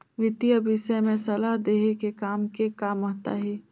वितीय विषय में सलाह देहे के काम के का महत्ता हे?